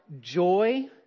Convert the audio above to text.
joy